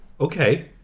Okay